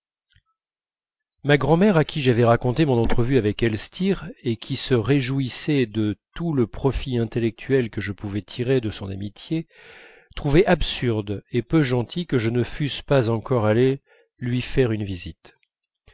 ma grand'mère à qui j'avais raconté mon entrevue avec elstir et qui se réjouissait de tout le profit intellectuel que je pouvais tirer de son amitié trouvait absurde et peu gentil que je ne fusse pas encore allé lui faire une visite